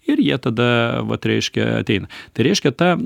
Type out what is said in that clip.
ir jie tada vat reiškia ateina tai reiškia ta